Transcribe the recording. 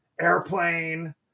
Airplane